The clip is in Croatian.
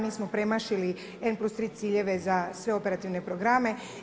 Mi smo premašili … +3 ciljeve za sve operativne programe.